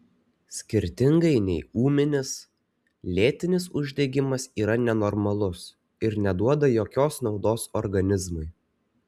skirtingai nei ūminis lėtinis uždegimas yra nenormalus ir neduoda jokios naudos organizmui